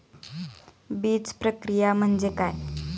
बीजप्रक्रिया म्हणजे काय?